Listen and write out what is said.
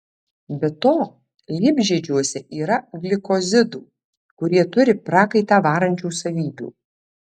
be to liepžiedžiuose yra glikozidų kurie turi prakaitą varančių savybių